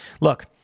Look